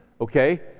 Okay